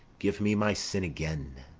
give me my sin again.